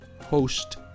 host